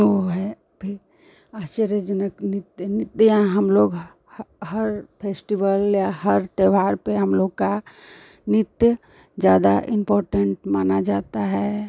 वह है फिर आश्चर्यजनक नृत्य नृत्य हमलोग हर फ़ेस्टिवल या हर त्योहार पर हमलोग का नृत्य ज़्यादा इम्पॉर्टेन्ट माना जाता है